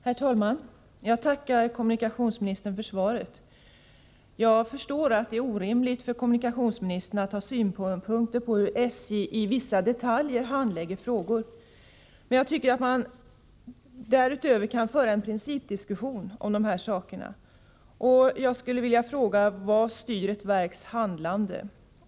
Herr talman! Jag tackar kommunikationsministern för svaret. Jag förstår att det är orimligt att begära att kommunikationsministern skall lämna synpunkter på hur SJ i vissa detaljer handlägger frågor. Men därutöver kan vi föra en principdiskussion om dessa saker. Jag vill fråga: Vad styr ett verks handlande?